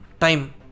time